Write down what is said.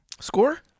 Score